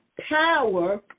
power